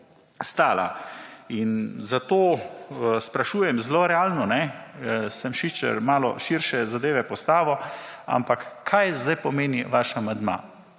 In zato sprašujem zelo realno, sem sicer malo širše zadeve postavil, ampak kaj zdaj pomeni vaš amandma.